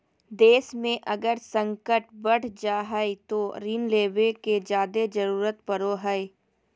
देश मे अगर संकट बढ़ जा हय तो ऋण लेवे के जादे जरूरत पड़ो हय